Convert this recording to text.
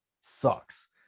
sucks